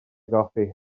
goffi